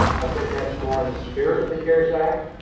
i think that's more in the spirit of the cares act.